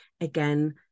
again